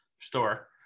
store